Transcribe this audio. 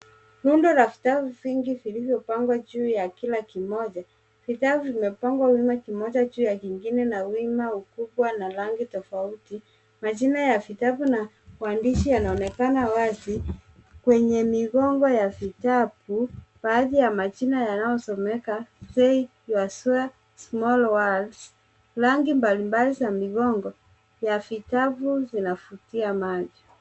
Rundo la vitabu vingi vilivyopangwa juu ya kila kimoja. Vitabu vimepangwa wima, kimoja juu ya kingine na wima, ukubwa na rangi tofauti. Majina ya vitabu na waandishi yanaonekana wazi. Kwenye migongo ya vitabu baadhi ya majina yanayosomeka Save Yourself, Small worlds . Rangi mbalimbali za migongo ya vitabu zinavutia macho.